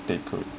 that could